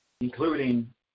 including